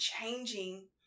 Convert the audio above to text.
changing